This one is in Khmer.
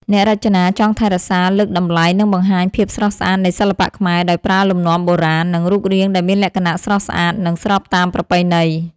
អ្នករចនាចង់ថែរក្សា លើកតម្លៃ និងបង្ហាញភាពស្រស់ស្អាត នៃសិល្បៈខ្មែរ ដោយប្រើលំនាំបុរាណ និងរូបរាងដែលមានលក្ខណៈស្រស់ស្អាត និងស្របតាមប្រពៃណី។